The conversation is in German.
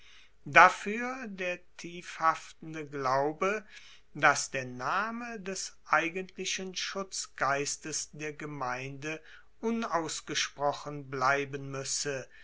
dafuer der tiefhaftende glaube dass der name des eigentlichen schutzgeistes der gemeinde unausgesprochen bleiben muesse